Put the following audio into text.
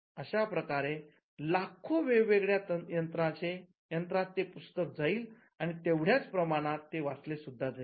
अशा प्रकारे लाखो वेगवेगळ्या यंत्रात ते पुस्तक जाईल आणि तेवढ्याच प्रमाणात ते वाचले सुद्धा जाईल